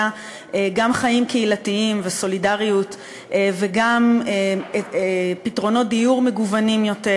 גם חיים קהילתיים וסולידריות וגם פתרונות דיור מגוונים יותר.